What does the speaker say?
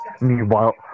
Meanwhile